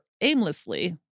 aimlessly